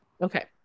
Okay